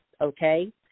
okay